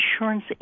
Insurance